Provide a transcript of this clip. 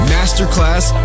Masterclass